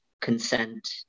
consent